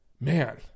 man